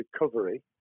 recovery